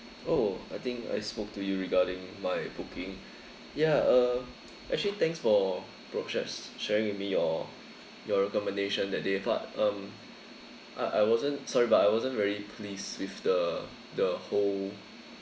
oh I think I spoke to you regarding my booking ya uh actually thanks for brochures sharing with me your your recommendation during that day but um I I wasn't sorry but I wasn't very pleased with the the whole